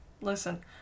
listen